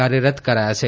કાર્યરત કરાયાં છે